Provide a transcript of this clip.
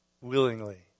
Willingly